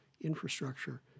infrastructure